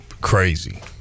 crazy